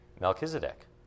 Melchizedek